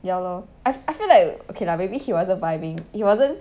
ya lor I I feel like okay lah maybe he wasn't vibing he wasn't